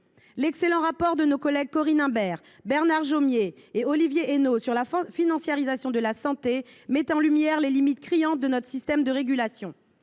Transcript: L’excellent rapport que nos collègues Corinne Imbert, Bernard Jomier et Olivier Henno ont dédié à la financiarisation de l’offre de soins met en lumière les limites criantes de notre système de régulation.